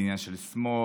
זה עניין של שמאל,